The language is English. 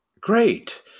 great